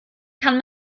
kann